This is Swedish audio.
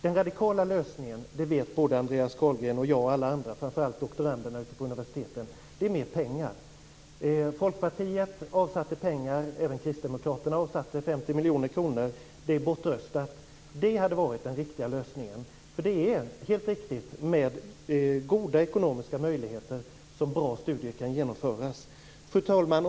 Den radikala lösningen - det vet Andreas Carlgren, jag och alla andra, och framför allt doktoranderna på universiteten - är mer pengar. Folkpartiet avsatte pengar. Även Kristdemokraterna avsatte 50 miljoner kronor. Det är bortröstat. Det hade varit den riktiga lösningen. Det är helt riktigt med goda ekonomiska möjligheter som bra studier kan genomföras. Fru talman!